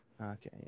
Okay